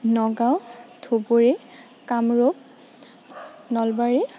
Nagaon Dhubri Kamrup Nalbari